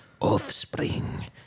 Offspring